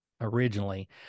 originally